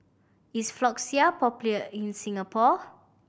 is Floxia popular in Singapore